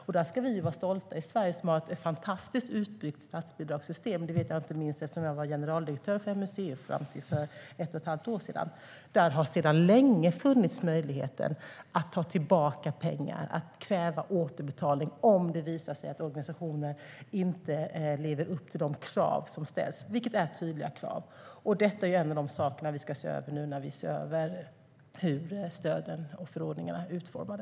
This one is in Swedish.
Vi ska vara stolta i Sverige, som har ett fantastiskt väl utbyggt statsbidragssystem. Det vet jag inte minst för att jag var generaldirektör för MUCF fram till för ett och ett halvt år sedan. Där har sedan länge funnits möjligheter att ta tillbaka pengar och kräva återbetalning om det visar sig att en organisation inte lever upp till de krav som ställs. Kraven är tydliga. Detta är en av de saker vi ska titta på nu när vi ser över hur stöden och förordningarna är utformade.